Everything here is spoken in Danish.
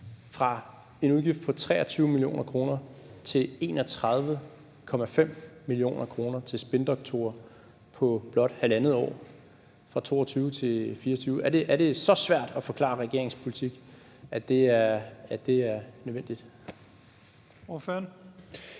fra en udgift på 23 mio. kr. til 31,5 mio. kr. til spindoktorer på blot halvandet år fra 2022-2024? Er det så svært at forklare regeringens politik, at det er nødvendigt? Kl.